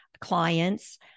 clients